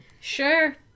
Sure